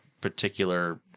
particular